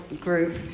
group